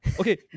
Okay